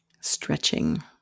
stretching